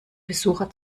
besucher